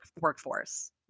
workforce